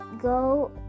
go